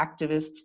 activists